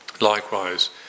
Likewise